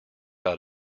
out